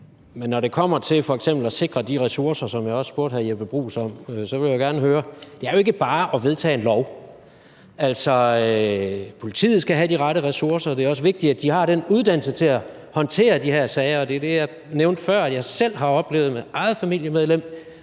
Men når det kommer til f.eks. at sikre de ressourcer, hvilket jeg også spurgte hr. Jeppe Bruus om, vil jeg gerne spørge om noget. Det er jo ikke bare at vedtage en lov. Altså, politiet skal have de rette ressourcer. Det er også vigtigt, at de har den rette uddannelse til at håndtere de her sager. Det var det, jeg nævnte før jeg selv har oplevet med et familiemedlem,